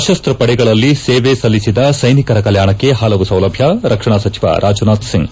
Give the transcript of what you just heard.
ಸಶಸ್ತ್ರ ಪಡೆಗಳಲ್ಲಿ ಸೇವೆ ಸಲ್ಲಿಸಿದ ಸೈನಿಕರ ಕಲ್ಯಾಣಕ್ಕೆ ಹಲವು ಸೌಲಭ್ಯ ರಕ್ಷಣಾ ಸಚಿವ ರಾಜನಾಥ್ ಸಿಂಗ್